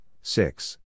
six